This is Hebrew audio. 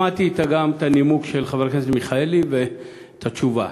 שמעתי גם את הנימוק של חבר הכנסת מיכאלי ואת התשובה.